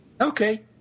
Okay